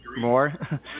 more